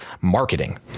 marketing